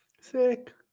Sick